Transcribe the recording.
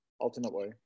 ultimately